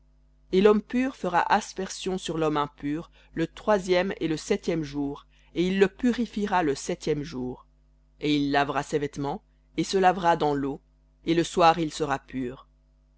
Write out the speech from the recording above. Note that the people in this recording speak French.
et l'homme pur fera aspersion sur l'homme impur le troisième jour et le septième jour et il le purifiera le septième jour et il lavera ses vêtements et se lavera dans l'eau et le soir il sera pur